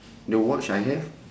the watch I have